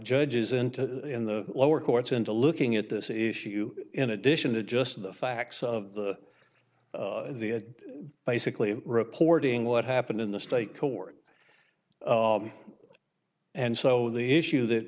judges into in the lower courts into looking at this issue in addition to just the facts of the basically reporting what happened in the state court and so the issue that